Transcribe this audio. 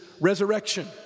resurrection